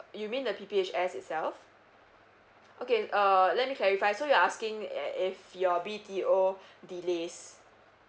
you mean the P_P_H_S itself okay uh let me clarify so you're asking me at if your B_T_O delays